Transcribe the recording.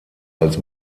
als